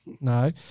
No